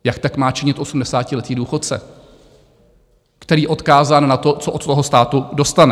Jak tak má činit osmdesátiletý důchodce, který je odkázán na to, co od státu dostane?